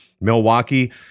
Milwaukee